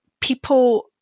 people